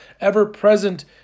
ever-present